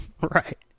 Right